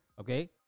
Okay